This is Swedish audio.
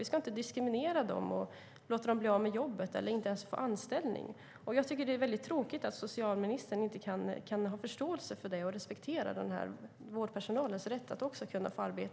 Vi ska inte diskriminera dem och låta dem bli av med jobbet - de kanske inte ens får anställning. Jag tycker att det är väldigt tråkigt att socialministern inte kan ha förståelse för det och respektera den här vårdpersonalens rätt att få arbeta i vården.